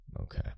Okay